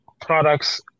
products